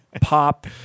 pop